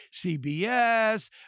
CBS